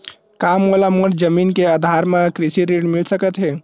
का मोला मोर जमीन के आधार म कृषि ऋण मिल सकत हे?